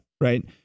Right